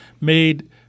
made